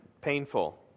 painful